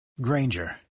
Granger